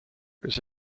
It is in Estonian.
kas